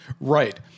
right